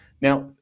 Now